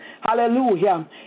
Hallelujah